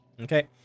Okay